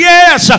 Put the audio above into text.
Yes